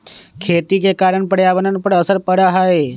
खेती के कारण पर्यावरण पर असर पड़ा हई